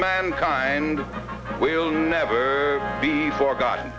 mankind will never be forgotten